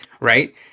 Right